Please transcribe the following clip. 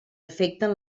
afecten